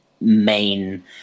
main